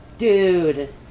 Dude